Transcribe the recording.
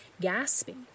gasping